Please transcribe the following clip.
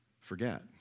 forget